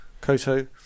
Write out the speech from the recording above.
Koto